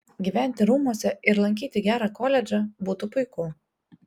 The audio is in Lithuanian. gyventi rūmuose ir lankyti gerą koledžą būtų puiku